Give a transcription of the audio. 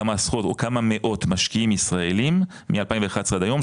כמה עשרות או כמה מאות משקיעים ישראלים מ-2011 עד היום,